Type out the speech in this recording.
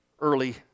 early